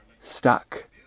stuck